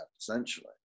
essentially